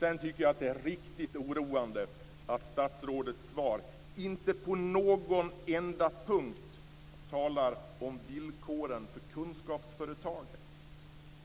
Jag tycker att det är riktigt oroande att statsrådets svar inte på någon enda punkt talar om villkoren för kunskapsföretagen.